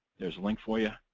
there's a link for you.